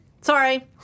Sorry